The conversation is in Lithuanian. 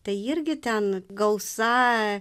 tai irgi ten gausa